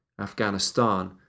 Afghanistan